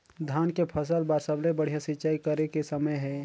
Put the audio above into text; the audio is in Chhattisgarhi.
धान के फसल बार सबले बढ़िया सिंचाई करे के समय हे?